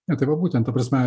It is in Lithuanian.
ne tai va būtent ta prasme